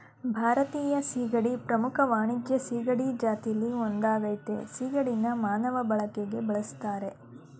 ಭಾರತೀಯ ಸೀಗಡಿ ಪ್ರಮುಖ ವಾಣಿಜ್ಯ ಸೀಗಡಿ ಜಾತಿಲಿ ಒಂದಾಗಯ್ತೆ ಸಿಗಡಿನ ಮಾನವ ಬಳಕೆಗೆ ಬಳುಸ್ತರೆ